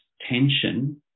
tension